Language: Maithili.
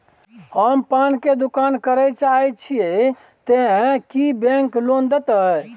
हम पान के दुकान करे चाहे छिये ते की बैंक लोन देतै?